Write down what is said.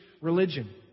religion